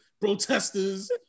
protesters